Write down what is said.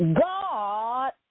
God